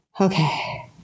Okay